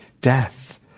death